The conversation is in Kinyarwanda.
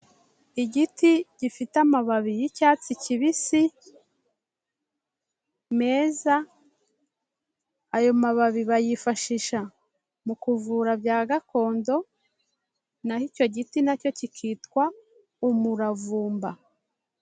Igiti gifite amababi y'icyatsi kibisi meza, ayo mababi bayifashisha mu kuvura bya gakondo, naho icyo giti na cyo kikitwa, umuravumba.